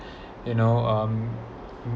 you know um